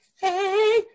Hey